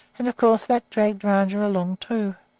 and of course that dragged rajah along, too.